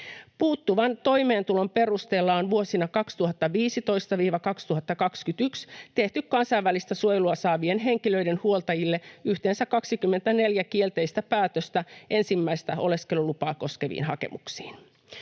Puuttuvan toimeentulon perusteella on vuosina 2015—2021 tehty kansainvälistä suojelua saavien henkilöiden huoltajille yhteensä 24 kielteistä päätöstä ensimmäistä oleskelulupaa koskeviin hakemuksiin.